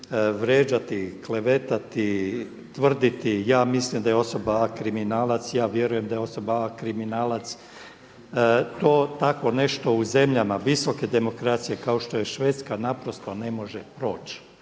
vrijeđati, klevetati, tvrditi ja mislim da je osoba A kriminalac, ja vjerujem da je osoba A kriminalac to tako nešto u zemljama visoke demokracije kao što je Švedska naprosto ne može proći.